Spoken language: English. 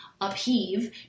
upheave